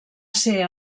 ser